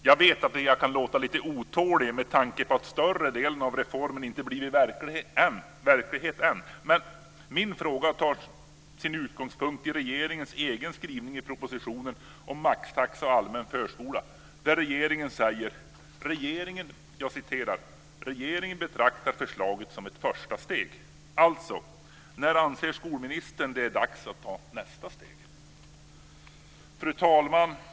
Jag vet att jag kan låta lite otålig med tanke på att större delen av reformen inte blivit verklighet än. Men min fråga tar sin utgångspunkt i regeringens egen skrivning i propositionen om maxtaxa och allmän förskola: "Regeringen betraktar förslaget som ett första steg." Alltså: När anser skolministern att det är dags att ta nästa steg? Fru talman!